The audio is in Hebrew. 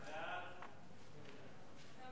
חוק שירות